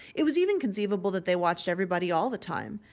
it was even conceivable that they watched everybody all the time.